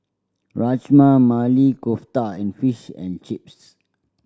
Rajma Maili Kofta and Fish and Chips